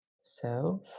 self